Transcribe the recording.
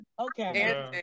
Okay